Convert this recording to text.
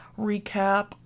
recap